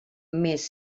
mes